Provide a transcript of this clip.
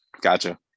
Gotcha